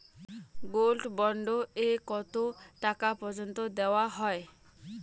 Gold bond এ কতো টাকা পর্যন্ত দেওয়া হয়?